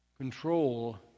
control